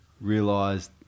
realised